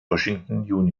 washington